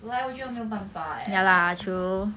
本来我就没有办法 eh like